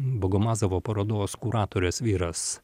bagomazovo parodos kuratorės vyras